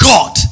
God